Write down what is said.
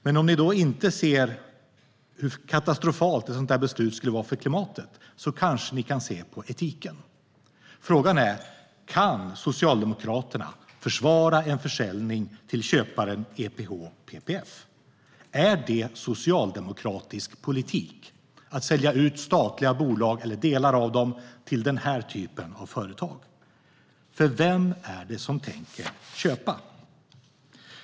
Men om ni inte ser hur katastrofalt ett sådant beslut skulle vara för klimatet kanske ni kan se på etiken. Frågan är: Kan Socialdemokraterna försvara en försäljning till köparen EPH och PPF? Är det socialdemokratisk politik att sälja ut statliga bolag, eller delar av dem, till denna typ av företag? Vem är det som tänker köpa?